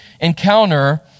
encounter